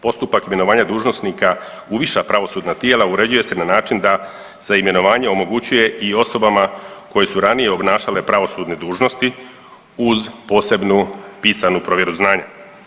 Postupak imenovanja dužnosnika u viša pravosudna tijela uređuje se na način da se imenovanje omogućuje i osobama koje su ranije obnašale pravosudne dužnosti uz posebnu pisanu provjeru znanja.